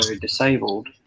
disabled